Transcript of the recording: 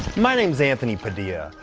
my name is anthony padilla,